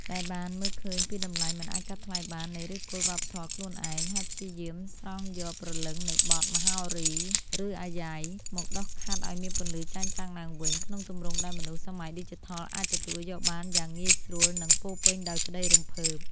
ដែលបានមើលឃើញពីតម្លៃមិនអាចកាត់ថ្លៃបាននៃឫសគល់វប្បធម៌ខ្លួនឯង ហើយព្យាយាមស្រង់យកព្រលឹងនៃបទ មហោរី ឬអាយ៉ៃ មកដុសខាត់ឱ្យមានពន្លឺចែងចាំងឡើងវិញ ក្នុងទម្រង់ដែលមនុស្សសម័យឌីជីថលអាចទទួលយកបានយ៉ាងងាយស្រួល និងពោរពេញដោយក្តីរំភើប។